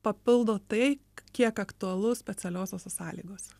papildo tai kiek aktualu specialiosiose sąlygose